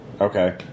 Okay